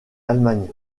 allemagne